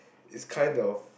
it's kind of